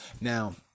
Now